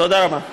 תודה רבה.